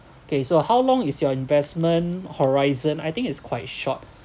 okay so how long is your investment horizon I think it's quite short